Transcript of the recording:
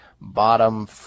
bottom